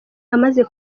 amaze